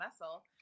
muscle